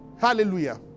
Hallelujah